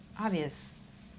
obvious